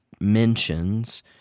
mentions